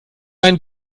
einen